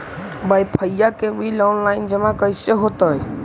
Wifi के bill online जमा कैसे होतै?